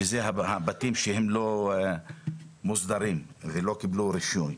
שזה הבתים שהם לא מוסדרים ולא קיבלו רישיון.